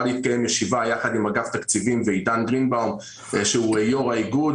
להתקיים ישיבה יחד עם אגף תקציבים ואיתן גרינבאום שהוא יו"ר האיגוד,